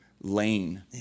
lane